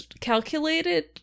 calculated